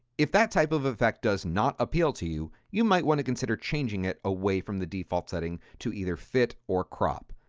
if that type of effect does not appeal to you, you might want to consider changing it away from the default setting to either fit or crop.